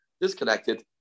disconnected